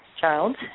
child